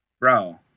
Bro